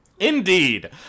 Indeed